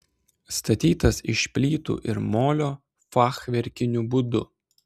statytas iš plytų ir molio fachverkiniu būdu